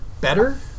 better –